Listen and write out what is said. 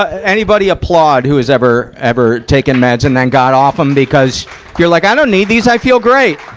ah anybody applaud who has ever. ever taken meds and then got off them because you're like, i don't need these. i feel great.